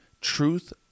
truth